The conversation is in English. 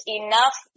enough